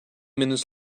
minutes